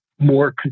more